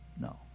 No